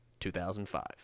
2005